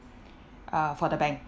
uh for the bank